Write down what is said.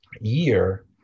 year